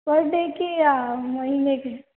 पर डे के या महीने के